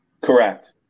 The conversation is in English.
Correct